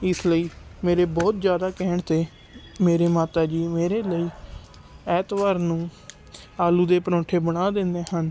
ਇਸ ਲਈ ਮੇਰੇ ਬਹੁਤ ਜ਼ਿਆਦਾ ਕਹਿਣ 'ਤੇ ਮੇਰੇ ਮਾਤਾ ਜੀ ਮੇਰੇ ਲਈ ਐਤਵਾਰ ਨੂੰ ਆਲੂ ਦੇ ਪਰੌਂਠੇ ਬਣਾ ਦਿੰਦੇ ਹਨ